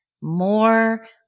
more